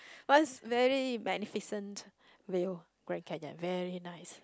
was very magnificent view Grand Canyon very nice